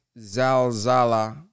Zalzala